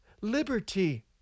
liberty